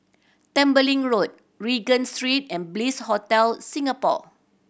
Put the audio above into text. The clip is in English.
Tembeling Road Regent Street and Bliss Hotel Singapore